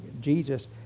Jesus